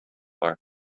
far